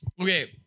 Okay